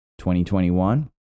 2021